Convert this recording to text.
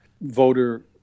voter